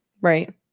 Right